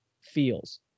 feels